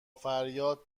فریاد